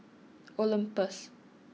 Olympus